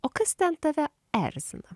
o kas ten tave erzina